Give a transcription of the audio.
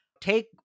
Take